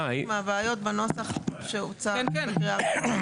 מהבעיות בנוסח שהוצע בקריאה ראשונה.